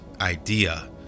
idea